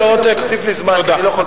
מאה אחוז, אני שמח לשמוע את זה ממך.